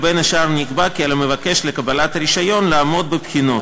ובין השאר נקבע כי על המבקש לקבל רישיון לעמוד בבחינות.